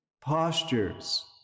postures